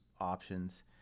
options